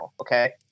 okay